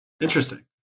Interesting